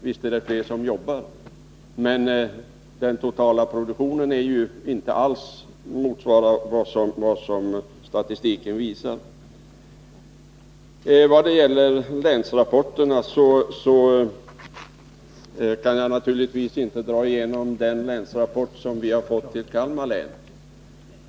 Visst är det fler som jobbar, men den totala produktionen motsvarar inte alls vad statistiken visar. När det gäller länsrapporterna kan jag naturligtvis inte dra igenom hela det svar som vi i Kalmar län har fått på länsrapporten.